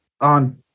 on